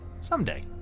someday